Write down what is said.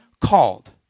called